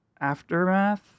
Aftermath